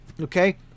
Okay